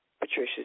Patricia